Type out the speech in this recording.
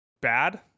bad